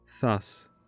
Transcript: thus